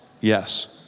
Yes